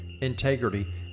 integrity